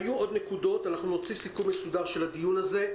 היו עוד נקודות, נוציא סיכום מסודר של הדיון הזה.